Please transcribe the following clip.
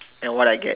then what I get